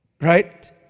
Right